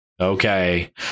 Okay